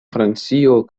francio